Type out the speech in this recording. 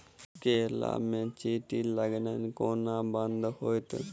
केला मे चींटी लगनाइ कोना बंद हेतइ?